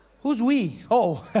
who's we? oh,